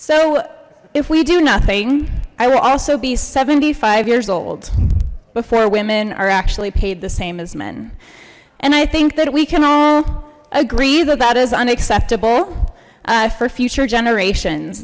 so if we do nothing i will also be seventy five years old before women are actually paid the same as men and i think that we can all agree that that is unacceptable for future generations